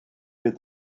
heard